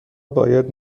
باید